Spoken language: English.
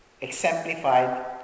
exemplified